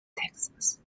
texas